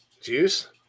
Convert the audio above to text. Juice